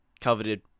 coveted